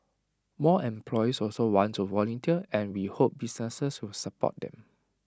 more employees also want to volunteer and we hope businesses will support them